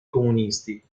comunisti